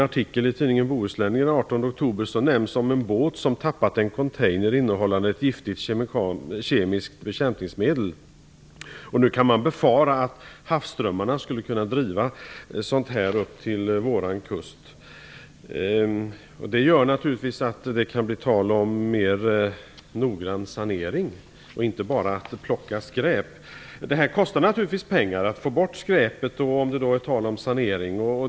18 oktober omnämns en båt som har tappat en container innehållande ett giftigt kemiskt bekämpningsmedel. Man kan nu befara att det skulle kunna driva upp till vår kust med havsströmmarna. Det kan då bli tal om mera noggrann sanering. Det handlar således inte bara om att plocka skräp. Det kostar naturligtvis mycket pengar att få bort skräpet och sanera.